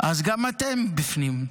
אז גם אתם בפנים.